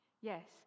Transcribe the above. Yes